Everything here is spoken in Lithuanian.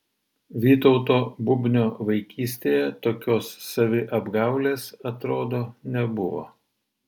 vytauto bubnio vaikystėje tokios saviapgaulės atrodo nebuvo